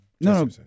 No